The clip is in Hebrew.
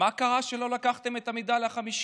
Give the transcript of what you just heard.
מה קרה שלא לקחתם את המדליה החמישית?